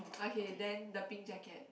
okay then the pink jacket